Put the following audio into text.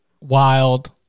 Wild